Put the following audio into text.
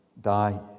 die